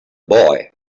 boy